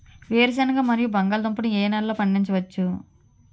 వేరుసెనగ మరియు బంగాళదుంప ని ఏ నెలలో పండించ వచ్చు?